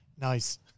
Nice